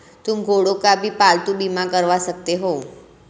तुम घोड़ों का भी पालतू बीमा करवा सकते हो